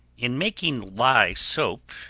in making lye soap,